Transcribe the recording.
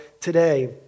today